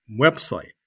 website